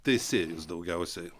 teisėjus daugiausiai